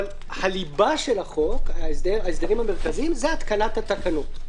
הליבה של החוק ההסדרים המרכזיים זה התקנת התקנות,